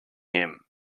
him